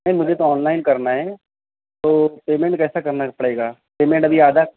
نہیں مجھے تو آن لائن کرنا ہے تو پیمنٹ کیسا کرنا پڑے گا پیمنٹ ابھی آدھا